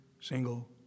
single